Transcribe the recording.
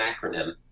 acronym